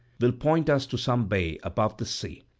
will point us to some bay above the sea.